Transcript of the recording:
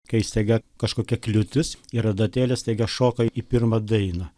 kai staiga kažkokia kliūtis ir adatėlė staiga šoka į pirmą dainą